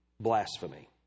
blasphemy